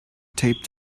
taped